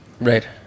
Right